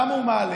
למה הוא מעלה?